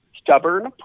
stubborn